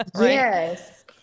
Yes